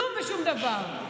כלום ושום דבר.